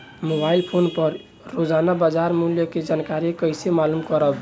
Mobile phone पर रोजाना बाजार मूल्य के जानकारी कइसे मालूम करब?